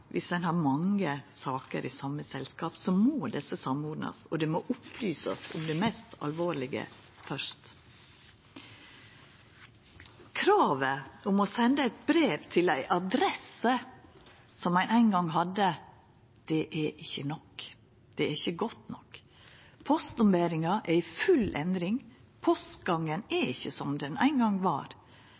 Viss ein har mange saker i same selskap, må desse samordnast, og det må opplysast om det mest alvorlege fyrst. Kravet om å senda eit brev til ei adresse som ein ein gong hadde, er ikkje nok. Det er ikkje godt nok. Postomberinga er i full endring. Postgangen er ikkje som han ein gong var.